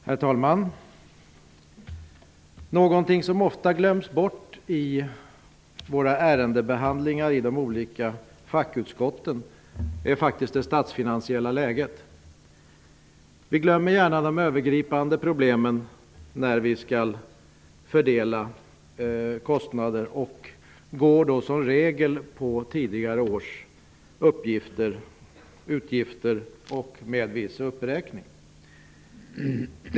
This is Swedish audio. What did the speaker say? Herr talman! Någonting som ofta glöms bort i ärendebehandlingarna i de olika fackutskotten är faktiskt det statsfinansiella läget. Vi glömmer gärna de övergripande problemen när vi skall fördela kostnader och går då som regel efter uppgifter om tidigare års utgifter med en viss uppräkning.